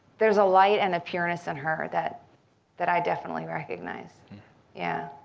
there's a light and a pureness in her that that i definitely recognize yeah